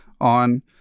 on